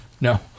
no